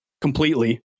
completely